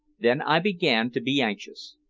then i began to be anxious.